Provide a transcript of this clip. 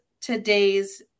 today's